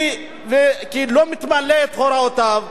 כי לא ממלאים את הוראותיו.